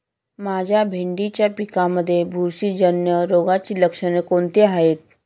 माझ्या भेंडीच्या पिकामध्ये बुरशीजन्य रोगाची लक्षणे कोणती आहेत?